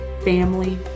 family